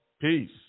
Peace